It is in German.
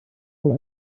wohl